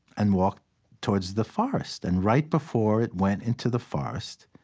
and walked towards the forest. and right before it went into the forest,